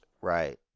Right